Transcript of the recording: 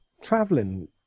traveling